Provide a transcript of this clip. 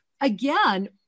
again